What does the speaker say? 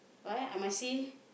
what I must see